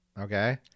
Okay